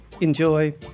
enjoy